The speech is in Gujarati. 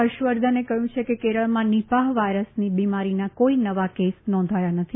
ફર્ષવર્ધને કહ્યું છે કે કેરળમાં નિપાફ વાયરસની બિમારીના કોઈ નવા કેસ નોંધાયા નથી